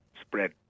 spread